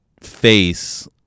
face